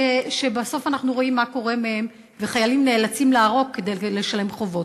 כשבסוף אנחנו רואים מה קורה מהן וחיילים נאלצים לערוק כדי לשלם חובות.